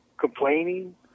complaining